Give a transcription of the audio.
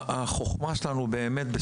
באמת,